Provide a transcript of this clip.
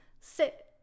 sit